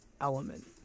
element